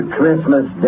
Christmas